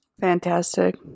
Fantastic